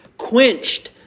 quenched